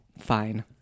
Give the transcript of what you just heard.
fine